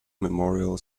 memorial